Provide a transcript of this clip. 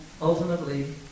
ultimately